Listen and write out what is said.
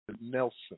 Nelson